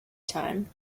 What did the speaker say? time